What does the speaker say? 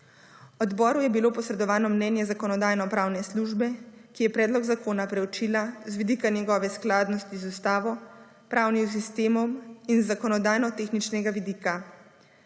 Odboru je bilo posredovano mnenje Zakonodajno-pravne službe, ki je predlog zakona preučila z vidika njegove skladnosti z ustavo, pravnim sistemom in z zakonodajno-tehničnega vidika.